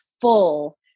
full